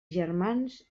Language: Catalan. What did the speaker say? germans